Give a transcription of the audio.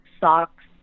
socks